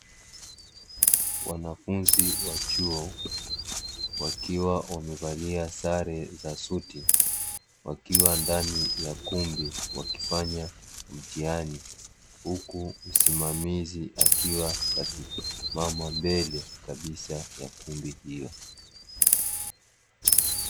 Wanafunzi wa chuo wakiwa wamevalia sare za suti, wakiwa ndani ya kumbi wakifanya mtihani, huku msimamizi akiwa amesimama mbele kabisa ya kumbi hiyo.